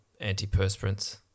antiperspirants